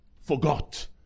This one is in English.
forgot